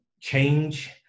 change